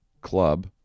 Club